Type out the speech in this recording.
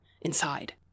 inside